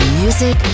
music